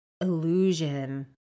illusion